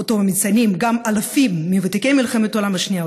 שמציינים גם אלפים מוותיקי מלחמת העולם השנייה,